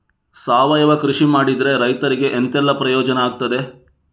ಸಾವಯವ ಕೃಷಿ ಮಾಡಿದ್ರೆ ರೈತರಿಗೆ ಎಂತೆಲ್ಲ ಪ್ರಯೋಜನ ಆಗ್ತದೆ?